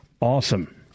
Awesome